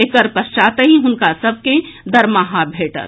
एकर पश्चातहि हुनका सभ कें दरमाहा भेटत